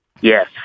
Yes